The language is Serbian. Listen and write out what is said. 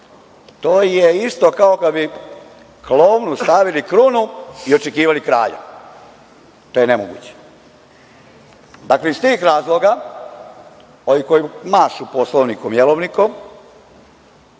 to je isto kao kada bi klovnu stavili krunu i očekivali kralja. To je nemoguće. Iz tih razloga, ovi koji mašu Poslovnikom, jelovnikom